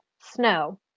snow